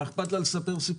מה אכפת לה לספר סיפור?